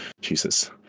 Jesus